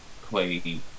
play